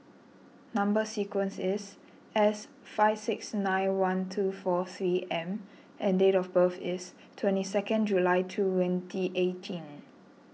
Number Sequence is S five six nine one two four three M and date of birth is twenty second July twenty eighteen